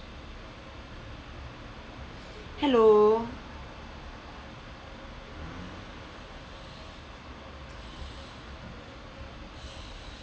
hello